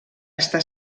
està